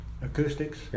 Acoustics